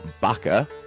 Baka